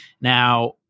Now –